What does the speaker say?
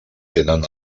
tenen